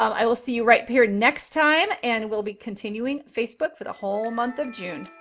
i will see you right here next time and we'll be continuing facebook for the whole month of june.